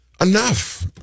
enough